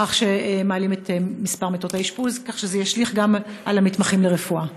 בכך שמעלים את מספר מיטות האשפוז כך שזה ישליך גם על המתמחים ברפואה?